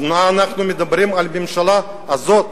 אז מה אנחנו מדברים על הממשלה הזאת,